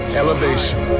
elevation